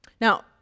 Now